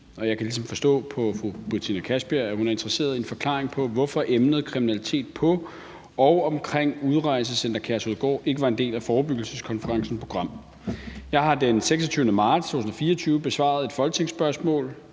ligesom forstå på fru Betina Kastbjerg, at hun er interesseret i en forklaring på, hvorfor emnet kriminalitet på og omkring Udrejsecenter Kærshovedgård ikke var en del af forebyggelseskonferencens program. Jeg har den 26. marts 2024 besvaret et folketingsspørgsmål,